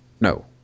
no